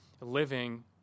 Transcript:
living